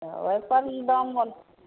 तऽ ओकर ने दाम हो